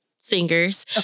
singers